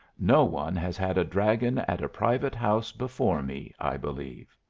no one has had a dragon at a private house before me, i believe.